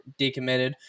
decommitted